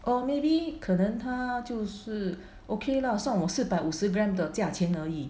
or maybe 可能他就是 ok lah 算我四百五十 gram 的价钱而已